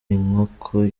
inkoko